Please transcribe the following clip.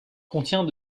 contient